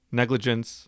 negligence